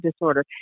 Disorder